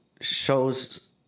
shows